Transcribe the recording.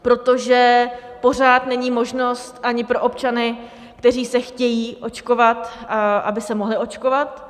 Protože pořád není možnost ani pro občany, kteří se chtějí očkovat, aby se mohli očkovat.